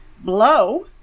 blow